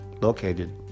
located